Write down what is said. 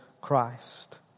Christ